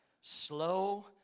Slow